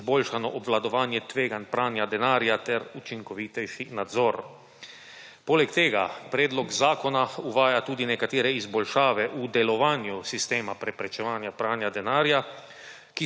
izboljšano obvladovanje tveganj pranja denarja ter učinkovitejši nadzor. Poleg tega predlog zakona uvaja tudi nekatere izboljšave v delovanju sistema preprečevanja pranja denarja,